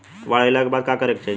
बाढ़ आइला के बाद का करे के चाही?